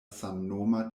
samnoma